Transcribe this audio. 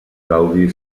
claudi